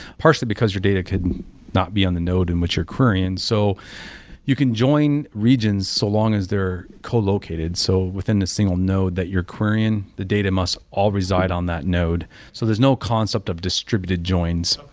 partially, because your data could not be on the node in which you're querying. so you can join regions, so long as they're co-located. so within a single node that you're querying, the data must all reside on that node so there's no concept of distributed joins.